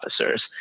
officers